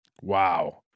Wow